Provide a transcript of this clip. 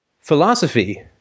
philosophy